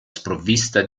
sprovvista